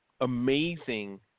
amazing